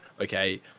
okay